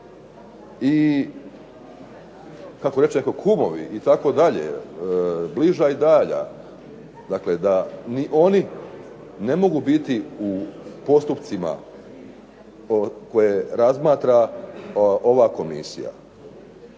kako reče netko kumovi, itd., bliža i dalja da oni ne mogu biti u postupcima koje razmatra ova komisija.